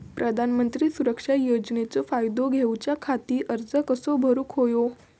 प्रधानमंत्री सुरक्षा योजनेचो फायदो घेऊच्या खाती अर्ज कसो भरुक होयो?